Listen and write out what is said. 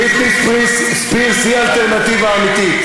בריטני ספירס היא האלטרנטיבה האמיתית.